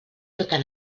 totes